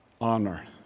Honor